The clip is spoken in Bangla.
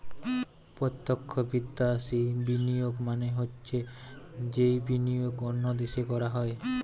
প্রত্যক্ষ বিদ্যাশি বিনিয়োগ মানে হৈছে যেই বিনিয়োগ অন্য দেশে করা হয়